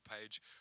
page